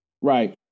Right